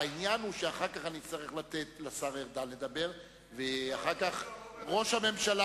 העניין הוא שאחר כך אני אצטרך לתת לשר ארדן לדבר ואחר כך ראש הממשלה